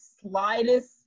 slightest